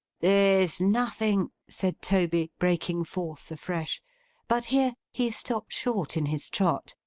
there's nothing said toby, breaking forth afresh but here he stopped short in his trot,